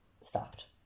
stopped